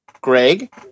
Greg